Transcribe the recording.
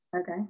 Okay